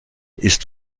ist